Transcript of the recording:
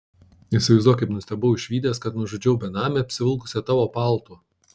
įsivaizduok kaip nustebau išvydęs kad nužudžiau benamę apsivilkusią tavo paltu